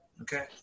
Okay